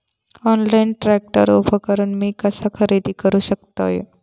Online tractor उपकरण मी कसा खरेदी करू शकतय?